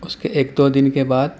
اس کے ایک دو دن کے بعد